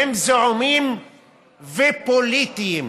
הם זעומים ופוליטיים.